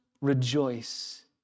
rejoice